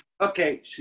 okay